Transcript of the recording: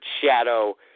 shadow